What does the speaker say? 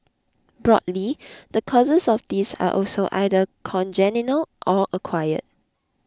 broadly the causes of this are also either congenital or acquired